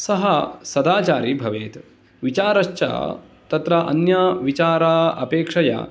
सः सदाचारी भवेत् विचारश्च तत्र अन्यविचार अपेक्षया